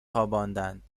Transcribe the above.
خواباندند